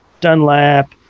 Dunlap